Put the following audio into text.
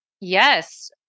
Yes